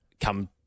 come